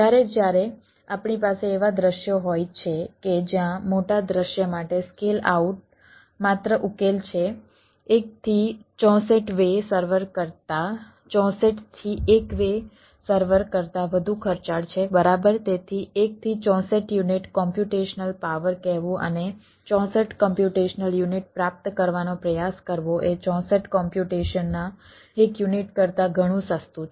જ્યારે જ્યારે આપણી પાસે એવા દૃશ્યો હોય છે કે જ્યાં મોટા દૃશ્ય માટે સ્કેલ આઉટ ના એક યુનિટ કરતાં ઘણું સસ્તું છે